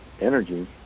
energy